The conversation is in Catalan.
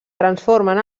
transformen